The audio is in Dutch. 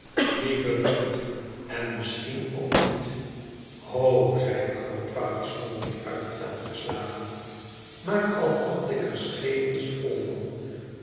lieve vriend en misschien ook niet ho zeide grootvader smallweed uit het veld geslagen maar al had ik er schepels vol van